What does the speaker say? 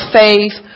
faith